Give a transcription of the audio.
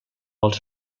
els